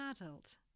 adult